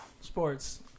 Sports